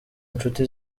nshuti